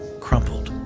crumpled,